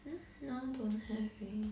hmm now don't have already